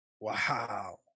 Wow